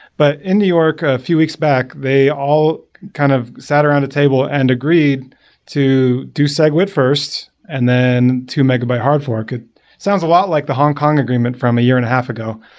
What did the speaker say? but in new york, ah few weeks back, they all kind of sat around the table and agreed to do segwit first and then two megabyte hard fork. it sounds a lot like the hong kong agreement from a year and a half ago.